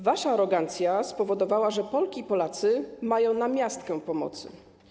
Wasza arogancja spowodowała, że Polki i Polacy mają namiastkę pomocy.